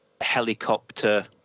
helicopter